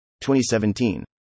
2017